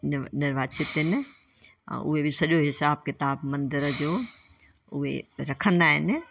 निव निर्वाचित आहिनि ऐं उहे बि सॼो हिसाब किताब मंदिर जो उहे रखंदा आहिनि